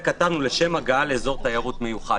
זה כתבנו "לשם הגעה לאזור תיירות מיוחד",